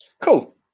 Cool